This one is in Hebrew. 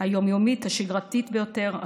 היום-יומית השגרתית ביותר,